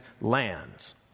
lands